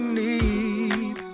need